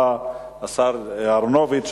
השר אהרונוביץ,